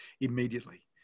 immediately